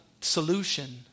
solution